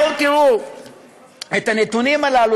בואו תראו את הנתונים הללו,